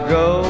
go